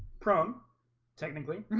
prone technically